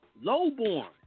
lowborn